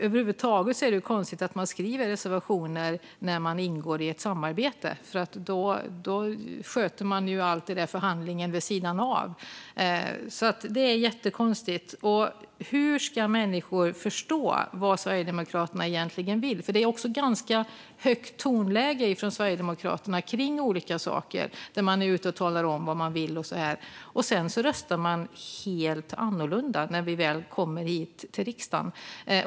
Över huvud taget är det konstigt att man skriver reservationer när man ingår i ett samarbete, för då sköter man ju förhandlingen vid sidan av. Detta är jättekonstigt. Hur ska människor förstå vad Sverigedemokraterna egentligen vill? Tonläget från Sverigedemokraterna är ganska högt i olika frågor när man är ute och talar om vad man vill, men sedan röstar man helt annorlunda när vi väl kommer hit till riksdagen.